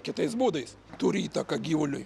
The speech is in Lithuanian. kitais būdais turi įtaką gyvuliui